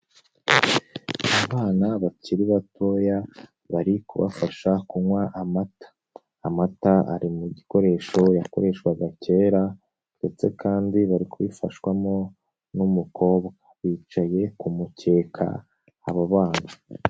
Abana bakiri batoya, bari kubafasha kunywa amata, amata ari mu gikoresho cyakoreshwaga kera ndetse kandi bari kubifashwamo n'umukobwa, bicaye ku mukeka abo bana.